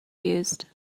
used